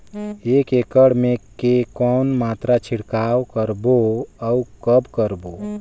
एक एकड़ मे के कौन मात्रा छिड़काव करबो अउ कब करबो?